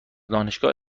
دانشگاه